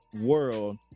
world